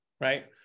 right